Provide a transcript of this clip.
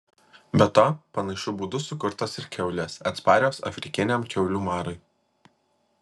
be to panašiu būdu sukurtos ir kiaulės atsparios afrikiniam kiaulių marui